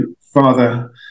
Father